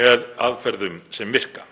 með aðferðum sem virka?